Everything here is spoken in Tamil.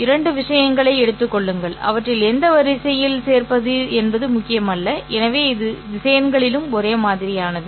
இரண்டு விஷயங்களை எடுத்துக் கொள்ளுங்கள் அவற்றை எந்த வரிசையில் சேர்ப்பது என்பது முக்கியமல்ல எனவே இது திசையன்களிலும் ஒரே மாதிரியானது